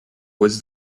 was